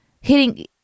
hitting